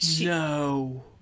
No